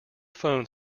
phone